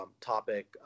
topic